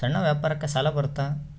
ಸಣ್ಣ ವ್ಯಾಪಾರಕ್ಕ ಸಾಲ ಬರುತ್ತಾ?